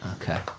Okay